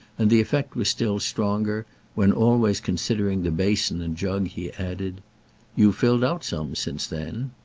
and the effect was still stronger when, always considering the basin and jug, he added you've filled out some since then.